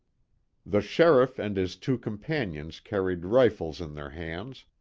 the sheriff and his two companions carried rifles in their hands,